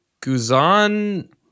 Guzan